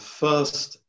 first